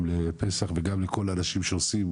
גם לפסח וגם לכל האנשים שעושים,